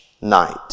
night